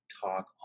talk